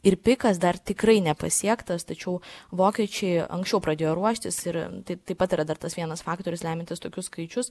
ir pikas dar tikrai nepasiektas tačiau vokiečiai anksčiau pradėjo ruoštis ir tai taip pat yra dar tas vienas faktorius lemiantis tokius skaičius